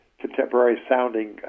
contemporary-sounding